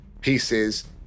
pieces